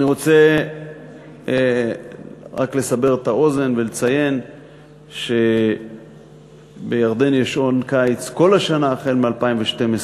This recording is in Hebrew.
אני רוצה רק לסבר את האוזן ולציין שבירדן יש שעון קיץ כל השנה מאז 2012,